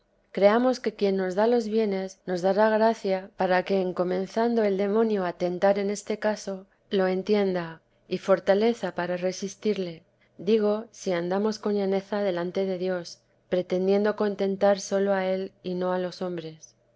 creamos que quien nos da los bienes nos dará gracia para que en coteresa de menzando el demonio a tentar en este caso le entendamos y fortaleza para resistirle digo si andamos con llaneza delante de dios pretendiendo contentar sólo a él y no a los hombres